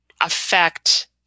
affect